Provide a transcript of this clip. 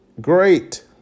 Great